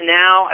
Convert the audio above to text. now